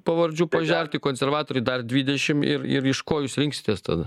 pavardžių pažerti konservatoriai dar dvidešimt ir ir iš ko jūs rinksitės tada